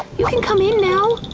you can come in now!